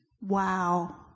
Wow